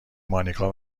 مانیکا